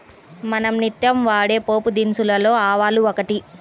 మనం నిత్యం వాడే పోపుదినుసులలో ఆవాలు కూడా ఒకటి